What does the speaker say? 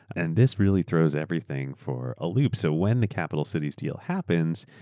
and this really throws everything for a loop, so when the capital cities deal happens,